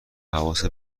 حواست